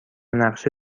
نقشه